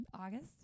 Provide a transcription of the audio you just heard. August